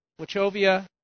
Wachovia